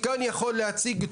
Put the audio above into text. קנס.